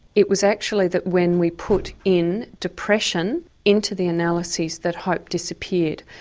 it was actually that when we put in depression into the analyses that hope disappeared.